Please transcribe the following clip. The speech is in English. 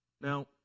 Now